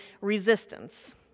resistance